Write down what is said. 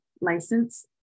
license